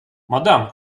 мадам